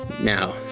Now